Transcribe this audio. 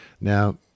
Now